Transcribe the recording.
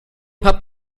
pub